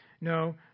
no